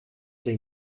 they